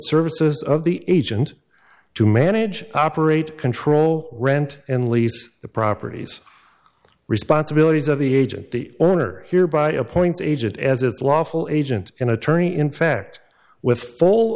services of the agent to manage operate control rent and lease the properties responsibilities of the agent the owner hereby appoint agent as its lawful agent an attorney in fact with